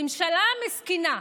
ממשלה מסכנה.